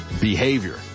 behavior